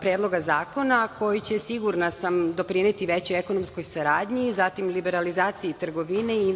predloga zakona koji će, sigurna sam, doprineti većoj ekonomskoj saradnji, zatim liberalizaciji trgovine i